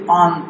on